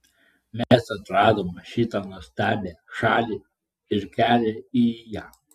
mes atradome šitą nuostabią šalį ir kelią į ją